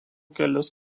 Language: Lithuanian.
kelis